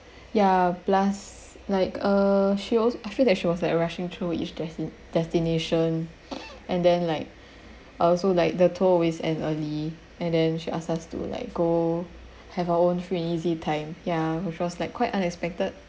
ya plus like uh she also I feel that she was like rushing through each desti~ destination and then like I also like the tour always end early and then she ask us to like go have our own free and easy time ya which was like quite unexpected